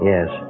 Yes